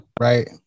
Right